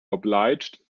obliged